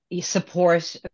support